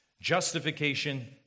Justification